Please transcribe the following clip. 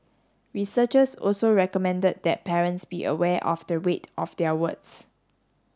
researchers also recommended that parents be aware of the weight of their words